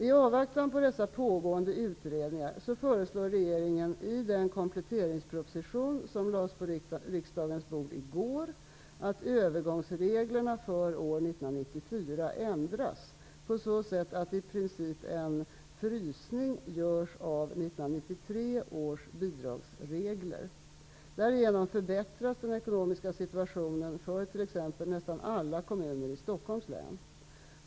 I avvaktan på dessa pågående utredningar föreslår regeringen i den kompletteringsproposition som lades på riksdagens bord i går att övergångsreglerna för år 1994 ändras på så sätt att i princip en ''frysning'' görs av 1993 års bidragsregler. Därigenom förbättras den ekonomiska situationen för t.ex. nästan alla kommuner i Stockholms län.